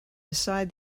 beside